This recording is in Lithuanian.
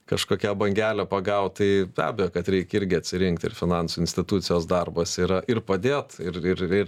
kažkokią bangelę pagaut tai be abejo kad reik irgi atsirinkt ir finansų institucijos darbas yra ir padėt ir ir ir